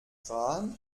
rahn